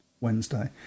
Wednesday